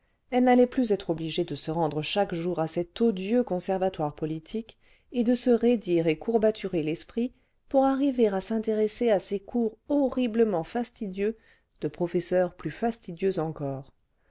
elle n'allait plus être obligée de se rendre chaque jour à cet odieux conservatoire politique et de se raidir et courbaturer l'esprit pour arriver à s'intéresser à ces cours horriblement fastidieux de professeurs plus fastidieux encore